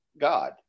God